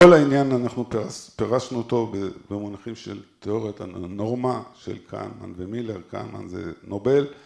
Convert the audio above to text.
‫בכל העניין אנחנו פירשנו אותו ‫במונחים של תיאוריית הנורמה ‫של כהנמן ומילר, ‫כהנמן זה נובל.